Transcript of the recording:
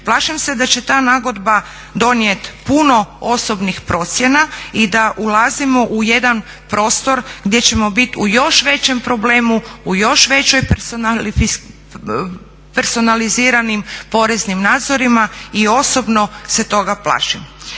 Plašim se da će ta nagodba donijeti puno osobnih procjena i da ulazimo u jedan prostor gdje ćemo bit u još većem problemu, u još većoj personiliziranim poreznim nadzorima i osobno se toga plašim.